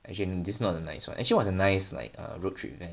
actually this not a nice what actually what's a nice road trip van